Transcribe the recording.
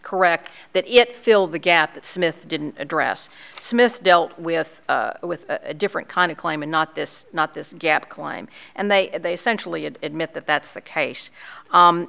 correct that it filled the gap that smith didn't address smith dealt with with a different kind of claim and not this not this gap climb and they they centrally admit that that's the case